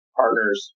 partners